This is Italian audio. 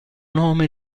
nome